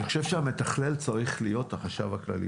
אני חושב שהמתכלל צריך להיות החשב הכללי